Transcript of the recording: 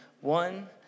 One